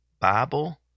Bible